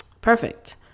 perfect